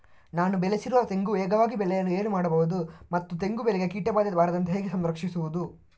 ನಾನು ಬೆಳೆಸಿರುವ ತೆಂಗು ವೇಗವಾಗಿ ಬೆಳೆಯಲು ಏನು ಮಾಡಬಹುದು ಮತ್ತು ತೆಂಗು ಬೆಳೆಗೆ ಕೀಟಬಾಧೆ ಬಾರದಂತೆ ಹೇಗೆ ಸಂರಕ್ಷಿಸುವುದು?